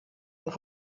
und